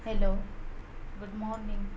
hello good morning